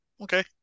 Okay